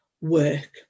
work